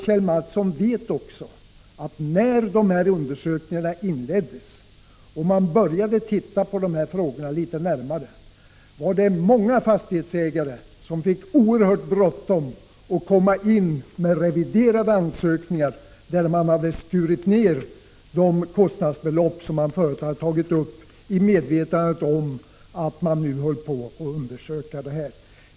Kjell Mattsson vet också att många fastighetsägare, när dessa undersökningar inleddes och ärendena började granskas litet närmare, fick oerhört bråttom med att lämna in reviderade ansökningar, där de hade skurit ner de kostnadsbelopp som de förut tagit upp. De gjorde detta i medvetande om att undersökningarna pågick.